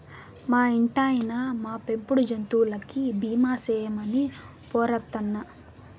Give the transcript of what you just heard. మా ఇంటాయినా, మా పెంపుడు జంతువులకి బీమా సేయమని పోరతన్నా